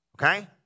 Okay